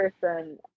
person